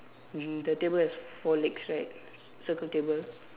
mm the table has four legs right s~ circle table